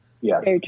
Yes